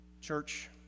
Church